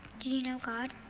you know, god.